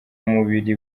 mubiri